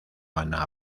anna